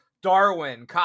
Darwin